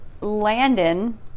Landon